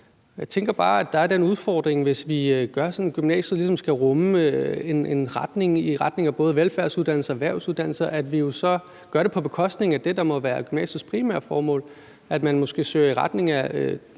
Jeg tænker bare, at hvis vi gør det sådan, at gymnasiet skal rumme noget i retning af både velfærdsuddannelser og erhvervsuddannelser, er der den udfordring, at vi jo så gør det på bekostning af det, der må være gymnasiets primære formål, nemlig at man måske søger i retning af